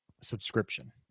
subscription